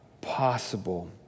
possible